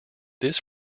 this